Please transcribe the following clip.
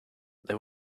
they